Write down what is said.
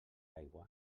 aigua